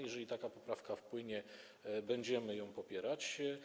Jeżeli taka poprawka wpłynie, będziemy ją popierać.